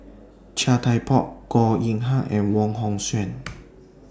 Chia Thye Poh Goh Yihan and Wong Hong Suen